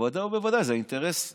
בוודאי ובוודאי זה האינטרס האנושי.